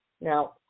Now